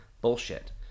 bullshit